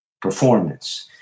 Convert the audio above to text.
performance